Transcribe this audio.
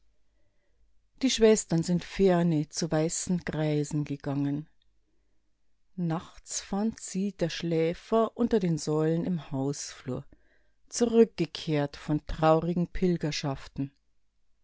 die schwestern sind ferne zu weißen greisen gegangen nachts fand sie der schläfer unter den säulen im hausflur zurückgekehrt von traurigen